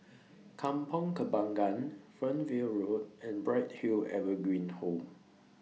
Kampong Kembangan Fernvale Road and Bright Hill Evergreen Home